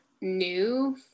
new